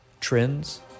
trends